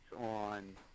on